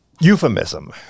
euphemism